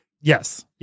Yes